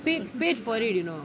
paid paid for it you know